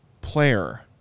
player